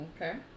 Okay